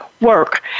work